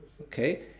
Okay